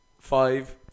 five